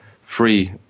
free